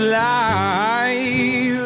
life